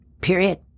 period